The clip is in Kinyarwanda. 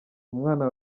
umwana